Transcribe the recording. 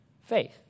faith